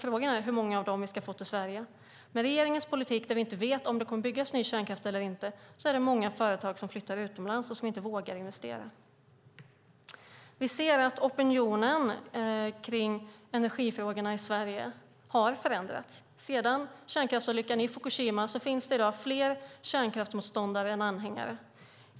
Frågan är hur många av dem vi ska få till Sverige. Med regeringens politik vet vi inte om det kommer att byggas ny kärnkraft eller inte, och många företag flyttar utomlands och vågar inte investera. Vi ser att opinionen i Sverige har förändrats när det gäller energifrågorna. Efter kärnkraftsolyckan i Fukushima finns det fler kärnkraftsmotståndare än anhängare.